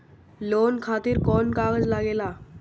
Loan खातिर कौन कागज लागेला?